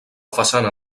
façana